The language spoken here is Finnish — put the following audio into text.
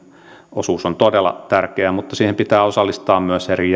osuus on todella tärkeä mutta siihen pitää osallistaa myös eri